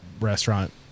restaurant